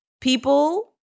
people